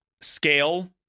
scale